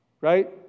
right